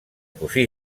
cosí